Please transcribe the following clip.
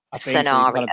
scenario